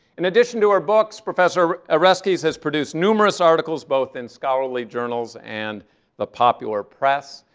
in addition to her books, professor oreskes has produced numerous articles both in scholarly journals and the popular press.